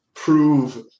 prove